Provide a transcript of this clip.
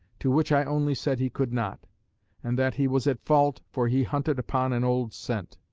to which i only said he could not and that he was at fault, for he hunted upon an old scent.